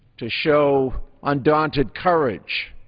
to show undaunted courage,